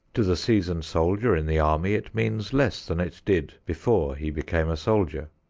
to the seasoned soldier in the army it means less than it did before he became a soldier.